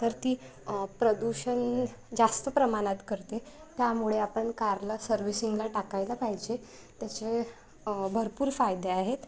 तर ती प्रदूषण जास्त प्रमाणात करते त्यामुळे आपण कारला सर्व्हिसिंगला टाकायला पाहिजे त्याचे भरपूर फायदे आहेत